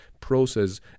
process